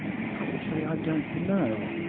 you'd probably say, i don't know.